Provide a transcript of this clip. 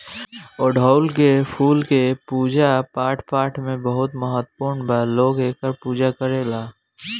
अढ़ऊल के फूल के पूजा पाठपाठ में बहुत महत्व बा लोग एकर पूजा करेलेन